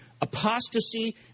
apostasy